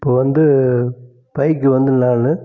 இப்போ வந்து பைக்கு வந்து நான்